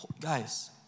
Guys